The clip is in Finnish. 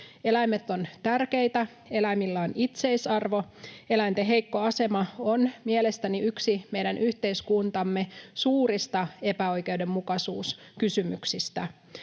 Eläimet ovat tärkeitä, eläimillä on itseisarvo. Eläinten heikko asema on mielestäni yksi meidän yhteiskuntamme suurista epäoikeudenmukaisuuskysymyksistä.